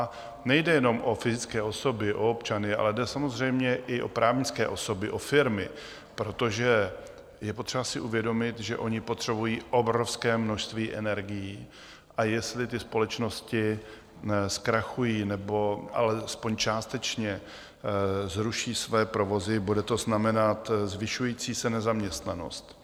A nejde jenom o fyzické osoby, o občany, ale jde samozřejmě i o právnické osoby, o firmy, protože je potřeba si uvědomit, že oni potřebují obrovské množství energií, a jestli ty společnosti zkrachují, nebo alespoň částečně zruší své provozy, bude to znamenat zvyšující se nezaměstnanost.